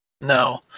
No